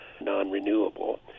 non-renewable